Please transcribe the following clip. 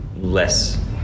less